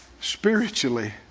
spiritually